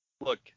look